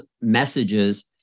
messages